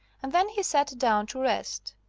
and then he sat down to rest.